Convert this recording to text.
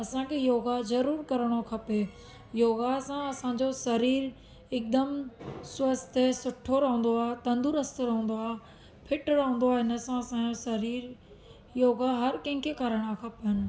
असांखे योगा ज़रूरु करिणो खपे योगा सां असांजो शरीरु इकदमि स्वस्थ ऐं सुठो रहंदो आहे तंदुरुस्तु रहंदो आहे फ़िट रहंदो आहे हिन सां असांजो शरीरु योगा हर कंहिंखे करिणो खपनि